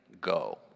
go